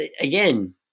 Again